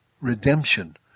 redemption